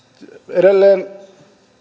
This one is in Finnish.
edelleen